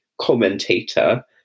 commentator